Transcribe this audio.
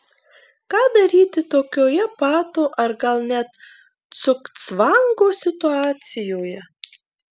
ką daryti tokioje pato ar gal net cugcvango situacijoje